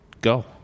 go